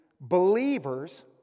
believers